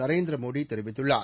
நரேந்திர மோடி தெரிவித்துள்ளார்